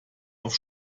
auf